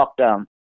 lockdown